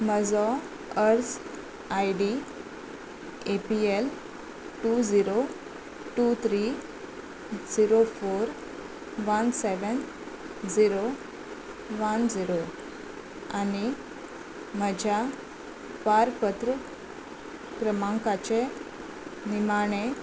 म्हजो अर्ज I D A P L two zero two three zero four one seven zero one zero आनी म्हज्या पारपत्र क्रमांकाचे निमाणे